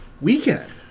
weekend